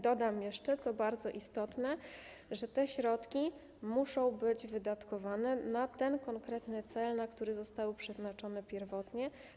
Dodam jeszcze, co bardzo istotne, że te środki muszą być wydatkowane na ten konkretny cel, na który zostały przeznaczone pierwotnie.